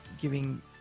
giving